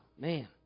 man